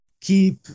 keep